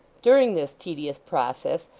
during this tedious process,